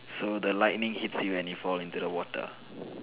so the lightning hits you and you fall into the water